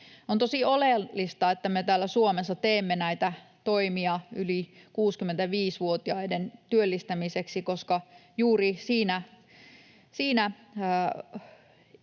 On tosi oleellista, että me täällä Suomessa teemme näitä toimia yli 65-vuotiaiden työllistämiseksi, koska juuri siinä